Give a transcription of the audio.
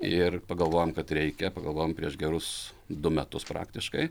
ir pagalvojom kad reikia pagalvojom prieš gerus du metus praktiškai